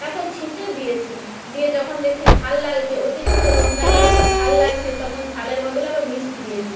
তাকেও ছেঁচে দিয়েছি দিয়ে যখন দেখছি ঝাল লাগছে অতিরিক্ত লংকা দিয়েছি ঝাল লাগছে তখন ঝালের বদলে আবার মিষ্টি দিয়েছি